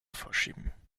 vorschieben